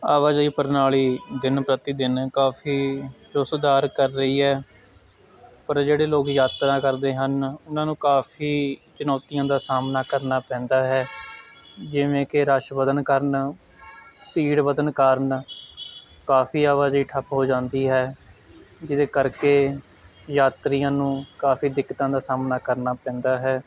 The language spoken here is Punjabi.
ਆਵਾਜਾਈ ਪ੍ਰਣਾਲੀ ਦਿਨ ਪ੍ਰਤੀ ਦਿਨ ਕਾਫੀ ਜੋ ਸੁਧਾਰ ਕਰ ਰਹੀ ਹੈ ਪਰ ਜਿਹੜੇ ਲੋਕ ਯਾਤਰਾ ਕਰਦੇ ਹਨ ਉਹਨਾਂ ਨੂੰ ਕਾਫੀ ਚੁਣੌਤੀਆਂ ਦਾ ਸਾਹਮਣਾ ਕਰਨਾ ਪੈਂਦਾ ਹੈ ਜਿਵੇਂ ਕਿ ਰਸ਼ ਵਧਣ ਕਾਰਨ ਭੀੜ ਵਧਣ ਕਾਰਨ ਕਾਫੀ ਆਵਾਜਾਈ ਠੱਪ ਹੋ ਜਾਂਦੀ ਹੈ ਜਿਹਦੇ ਕਰਕੇ ਯਾਤਰੀਆਂ ਨੂੰ ਕਾਫੀ ਦਿੱਕਤਾਂ ਦਾ ਸਾਹਮਣਾ ਕਰਨਾ ਪੈਂਦਾ ਹੈ